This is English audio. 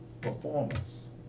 performance